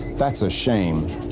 that's a shame,